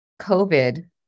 COVID